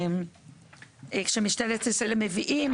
שמשטרת ישראל מביאים,